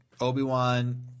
Obi-Wan